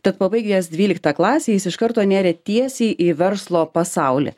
tad pabaigęs dvyliktą klasę jis iš karto nėrė tiesiai į verslo pasaulį